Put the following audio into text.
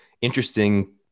interesting